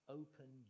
open